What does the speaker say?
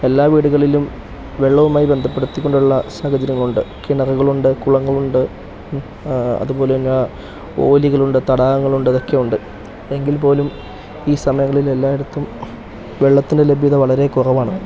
എല്ലാ വീടുകളിലും വെള്ളവുമായി ബന്ധപ്പെടുത്തിക്കൊണ്ടുള്ള സാഹചര്യങ്ങൾ ഉണ്ട് കിണറുകൾ ഉണ്ട് കുളങ്ങൾ ഉണ്ട് അതുപോലെ തന്നെ ഓലികൾ ഉണ്ട് തടാകങ്ങൾ ഉണ്ട് ഇതൊക്കെയുണ്ട് എങ്കിൽ പോലും ഈ സമയങ്ങളിൽ എല്ലായിടത്തും വെള്ളത്തിൻ്റെ ലഭ്യത വളരെ കുറവാണ്